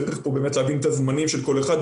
צריך להבין את הזמנים של כל אחד,